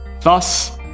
Thus